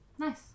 nice